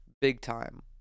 big-time